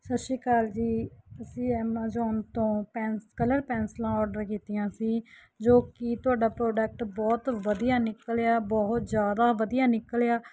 ਸਤਿ ਸ਼੍ਰੀ ਅਕਾਲ ਜੀ ਅਸੀਂ ਐਮੋਜੋਨ ਤੋਂ ਪੈਂਨ ਕਲਰ ਪੈਨਸਲਾਂ ਆਰਡਰ ਕੀਤੀਆਂ ਸੀ ਜੋ ਕਿ ਤੁਹਾਡਾ ਪ੍ਰੋਡਕਟ ਬਹੁਤ ਵਧੀਆ ਨਿਕਲਿਆ ਬਹੁਤ ਜ਼ਿਆਦਾ ਵਧੀਆ ਨਿਕਲਿਆ